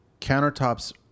Countertops